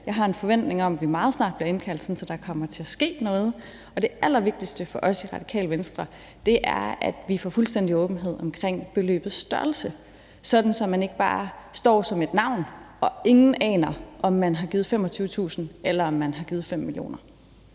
Jeg har en forventning om, at vi meget snart bliver indkaldt, sådan at der kommer til at ske noget, og det allervigtigste for os i Radikale Venstre er, at vi får fuldstændig åbenhed omkring beløbets størrelse, sådan at man ikke bare står som et navn og ingen aner, om man har givet 25.000 kr., eller om man har givet 5 mio.